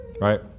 right